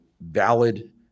valid